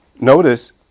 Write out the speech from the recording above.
Notice